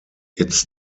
its